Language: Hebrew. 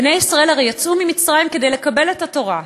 בני ישראל הרי יצאו ממצרים כדי לקבל את התורה,